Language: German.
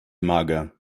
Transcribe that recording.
mager